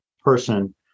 person